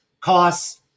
costs